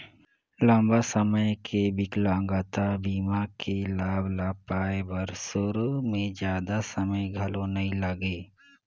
लंबा समे के बिकलांगता बीमा के लाभ ल पाए बर सुरू में जादा समें घलो नइ लागे